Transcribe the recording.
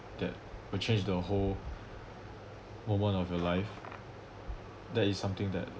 that will change the whole moment of your life that is something that